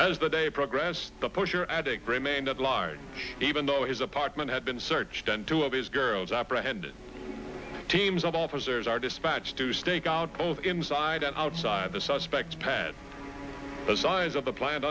as the day progressed the pusher addict remained at large even though his apartment had been searched and two of his girls apprehended teams of officers are dispatched to stake out both inside and outside the suspects pen the size of the plant